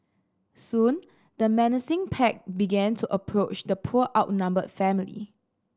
soon the menacing pack began to approach the poor outnumbered family